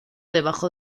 debajo